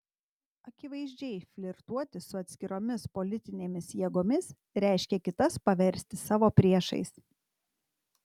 akivaizdžiai flirtuoti su atskiromis politinėmis jėgomis reiškia kitas paversti savo priešais